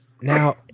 Now